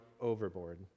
overboard